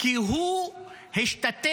כי הוא השתתף